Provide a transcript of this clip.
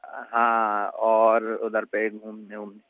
हाँ और उधर पे